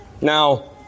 Now